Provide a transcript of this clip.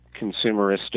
consumeristic